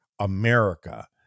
America